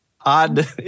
odd